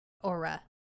aura